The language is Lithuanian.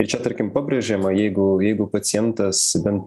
ir čia tarkim pabrėžiama jeigu jeigu pacientas bent